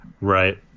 Right